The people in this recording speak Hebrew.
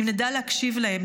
אם נדע להקשיב להם,